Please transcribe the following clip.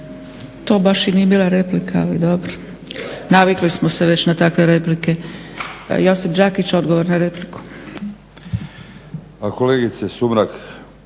to baš i nije bila replika, ali dobro. Navikli smo se već na takve replike. Josip Đakić, odgovor na repliku.